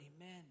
Amen